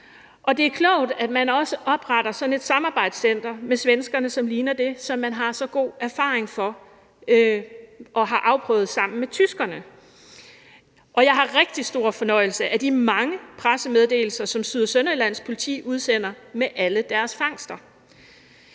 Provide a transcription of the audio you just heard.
det er også klogt, at man opretter sådan et samarbejdscenter sammen med svenskerne, som ligner det, som man har så god erfaring med og har afprøvet sammen med tyskerne. Jeg har rigtig stor fornøjelse af de mange pressemeddelelser, som Syd- og Sønderjyllands Politi udsender om alle deres fangster.